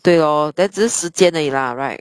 对咯 then 只是时间而已啦 right